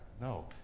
no